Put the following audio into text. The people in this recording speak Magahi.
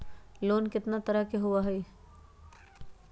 लोन केतना तरह के होअ हई?